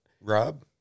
Rob